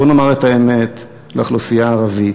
בוא נאמר את האמת, לאוכלוסייה הערבית.